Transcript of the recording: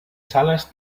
sales